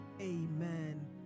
Amen